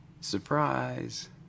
Surprise